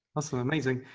awesome, amazing.